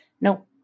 Nope